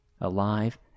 alive